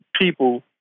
people